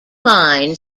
line